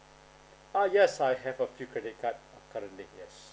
uh yes I have a few credit card currently yes